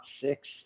six